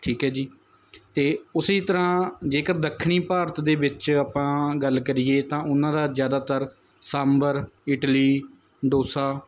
ਠੀਕ ਹੈ ਜੀ ਅਤੇ ਉਸੀ ਤਰ੍ਹਾਂ ਜੇਕਰ ਦੱਖਣੀ ਭਾਰਤ ਦੇ ਵਿੱਚ ਆਪਾਂ ਗੱਲ ਕਰੀਏ ਤਾਂ ਉਹਨਾਂ ਦਾ ਜ਼ਿਆਦਾਤਰ ਸਾਂਬਰ ਇਡਲੀ ਡੋਸਾ